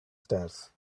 stairs